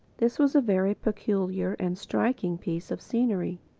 this was a very peculiar and striking piece of scenery.